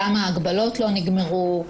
גם ההגבלות לא נגמרו.